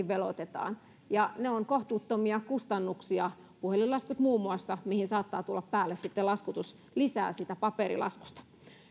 veloitetaan ja ne ovat kohtuuttomia kustannuksia muun muassa puhelinlaskuihin saattaa tulla päälle sitten laskutuslisää siitä paperilaskusta